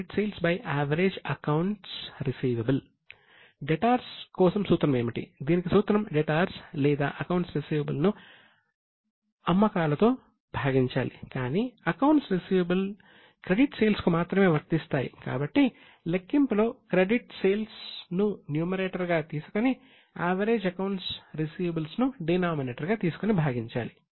credit sales debtors turnover ratio average accounts receivable debtors గా తీసుకొని భాగించాలి